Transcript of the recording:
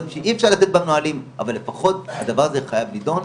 שאי-אפשר לקבוע בנהלים אבל הדבר הזה חייב להידון,